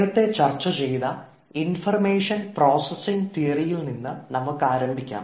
നേരത്തെ ചർച്ച ചെയ്ത് ഇൻഫർമേഷൻ പ്രോസസിംഗ് തിയറിയിൽ നിന്ന് നമുക്ക് ആരംഭിക്കാം